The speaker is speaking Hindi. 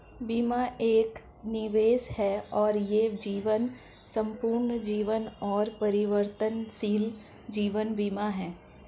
बीमा एक निवेश है और यह जीवन, संपूर्ण जीवन और परिवर्तनशील जीवन बीमा है